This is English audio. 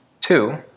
two